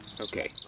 Okay